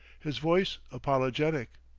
his voice apologetic.